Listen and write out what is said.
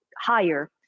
higher